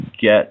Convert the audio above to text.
get